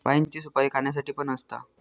पाइनची सुपारी खाण्यासाठी पण असता